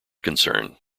concern